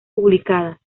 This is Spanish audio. publicadas